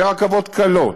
ברכבות קלות,